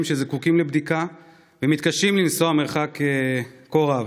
שזקוקים לבדיקה ומתקשים לנסוע מרחק כה רב.